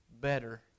better